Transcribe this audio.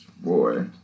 Boy